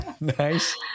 Nice